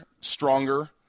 stronger